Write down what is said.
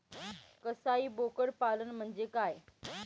कसाई बोकड पालन म्हणजे काय?